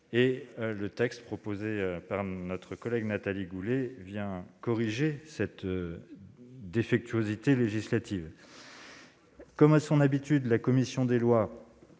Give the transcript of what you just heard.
Le texte proposé par notre collègue Nathalie Goulet vient corriger cette défectuosité législative. Comme à son habitude, la commission des lois,